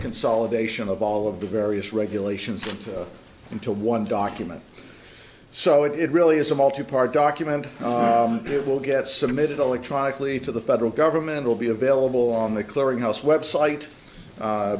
consolidation of all of the various regulations and into one document so it really is a multi part document it will get submitted electronically to the federal government will be available on the clearinghouse website